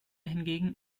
hingegen